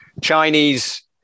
Chinese